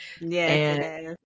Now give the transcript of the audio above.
Yes